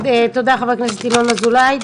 תודה חבר הכנסת ינון אזולאי.